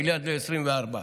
מיליארד ל-2024.